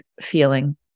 feeling